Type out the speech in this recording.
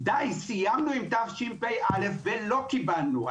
די, סיימנו עם תשפ"א ולא קיבלנו.